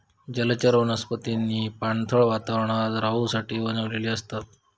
जलचर वनस्पतींनी पाणथळ वातावरणात रहूसाठी बनलेली असतत